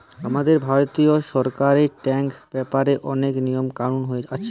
আমাদের ভারতীয় সরকারের ট্যাক্স ব্যাপারে অনেক নিয়ম কানুন আছে